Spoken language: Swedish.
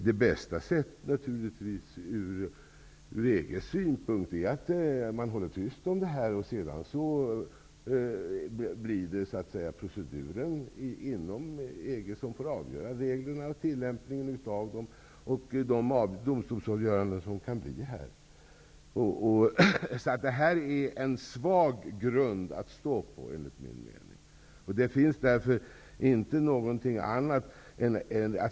Det bästa sättet från EG:s synpunkt är naturligtvis att hålla tyst om detta. Sedan får reglerna och tillämpningen av dem avgöras genom proceduren inom EG, vid de domstolsavgöranden som kan bli aktuella. Det här är en svag grund att stå på enligt min mening.